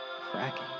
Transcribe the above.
cracking